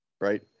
right